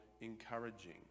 encouraging